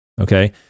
Okay